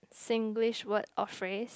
Singlish word or phrase